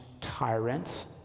tyrants